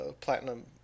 Platinum